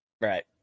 Right